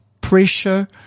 pressure